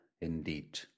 indeed